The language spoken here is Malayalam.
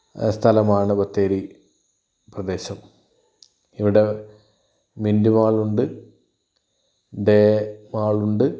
സ്ഥലമാണ് ബത്തേരി പ്രദേശം ഇവിടെ മിൻറ്റ് മാളുണ്ട് ഡേ മാളുണ്ട്